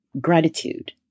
gratitude